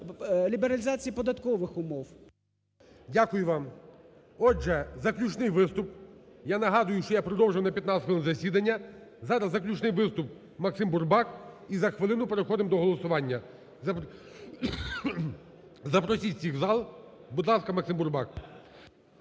Дякую вам. Отже, заключний виступ, я нагадую, що я продовжив на 15 хвилин засідання, зараз заключний виступ Максим Бурбак і за хвилину переходимо до голосування, запросіть всіх в зал. Будь ласка, Максим Бурбак.